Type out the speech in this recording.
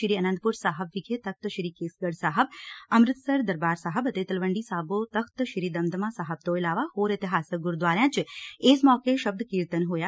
ਸ੍ੀ ਆਨੰਦਪੁਰ ਸਾਹਿਬ ਵਿਖੇ ਤਖ਼ਤ ਸ੍ੀ ਕੇਸਗੜੁ ਸਾਹਿਬ ਅੰਮ੍ਤਿਸਰ ਦਰਬਾਰ ਸਾਹਿਬ ਅਤੇ ਤਲਵੰਡੀ ਸਾਬੋ ਤਖ਼ਤ ਸ੍ਰੀ ਦਮਦਮਾ ਸਾਹਿਬ ਤੋਂ ਇਲਾਵਾ ਹੋਰ ਇਤਿਹਾਸਕ ਗੁਰਦੁਆਰਿਆ ਚ ਇਸ ਮੌਕੇ ਸ਼ਬਦ ਕੀਰਤਨ ਹੋਇਆ